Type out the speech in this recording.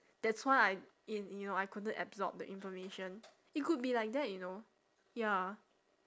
that's why I in you know I couldn't absorb the information it could be like that you know ya